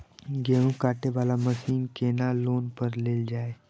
गेहूँ काटे वाला मशीन केना लोन पर लेल जाय?